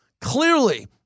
Clearly